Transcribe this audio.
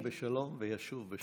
שילך בשלום וישוב בשלום.